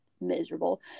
miserable